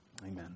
Amen